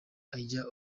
ajya